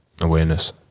Awareness